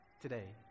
today